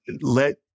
let